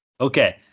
Okay